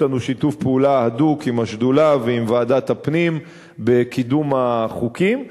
יש לנו שיתוף פעולה הדוק עם השדולה ועם ועדת הפנים בקידום החוקים.